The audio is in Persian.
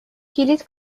کلید